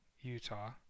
Utah